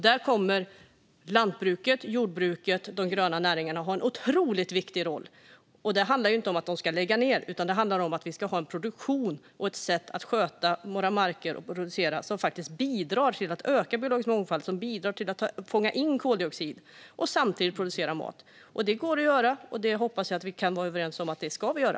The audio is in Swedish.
Där kommer jordbruken, skogsbruken och de gröna näringarna att ha en otroligt viktig roll. Det handlar inte om att de ska lägga ned, utan det handlar om att vi ska ha en produktion och ett sätt att sköta våra marker och producera som faktiskt bidrar till att öka biologisk mångfald och fånga in koldioxid och samtidigt producera mat. Det går att göra, och det hoppas jag att vi kan vara överens om att vi ska göra.